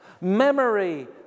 Memory